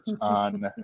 on